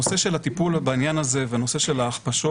הנושא של הטיפול בעניין הזה והנושא של ההכפשות